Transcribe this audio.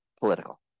political